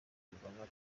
zirwanira